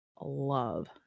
love